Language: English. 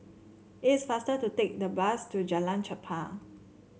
it is faster to take the bus to Jalan Chempah